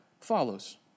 follows